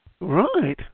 Right